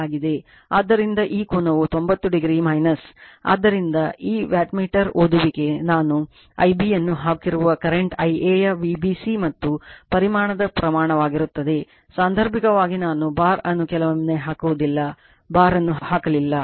ಆದ್ದರಿಂದ ಈ ಕೋನವು ತೊಂಬತ್ತುo ಆದ್ದರಿಂದ ಆ ವ್ಯಾಟ್ಮೀಟರ್ ಓದುವಿಕೆ ನಾನು Ib ಯನ್ನು ಹಾಕಿರುವ ಕರೆಂಟ್ Ia ಯ Vbc ಮತ್ತು ಪರಿಮಾಣದ ಪ್ರಮಾಣವಾಗಿರುತ್ತದೆ ಸಾಂದರ್ಭಿಕವಾಗಿ ನಾನು ಬಾರ್ ಅನ್ನು ಕೆಲವೊಮ್ಮೆ ಹಾಕುವುದಿಲ್ಲ ಬಾರ್ ಅನ್ನು ಹಾಕಲಿಲ್ಲ